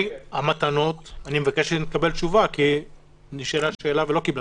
המדינה בתכניות של קרן וקסנר מוסדרת